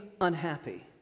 unhappy